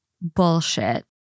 bullshit